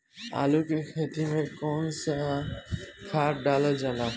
आलू के खेती में कवन सा खाद डालल जाला?